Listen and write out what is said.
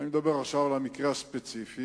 אני מדבר עכשיו על המקרה הספציפי,